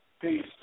Peace